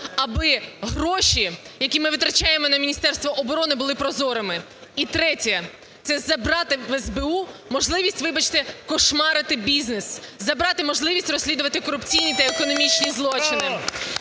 аби гроші, які ми витрачаємо на Міністерство оборони, були прозорими. І третє. Це забрати у СБУ можливість, вибачте, кошмарити бізнес, забрати можливість розслідувати корупційні та економічні злочини.